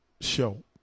show